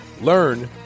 Learn